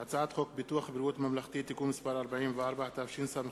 בעד, 27, נגד, 4, נמנעים, 2. אני